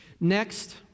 Next